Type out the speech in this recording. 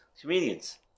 Comedians